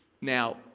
Now